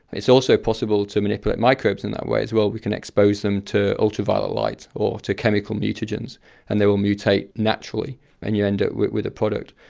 it's also possible to manipulate microbes in that way as well. we can expose them to ultraviolet light or to chemical mutagens and they will mutate naturally and you end up with with a product.